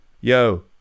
yo